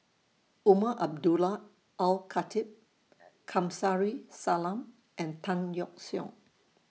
Umar Abdullah Al Khatib Kamsari Salam and Tan Yeok Seong